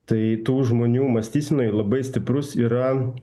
tai tų žmonių mąstysenoj labai stiprus yra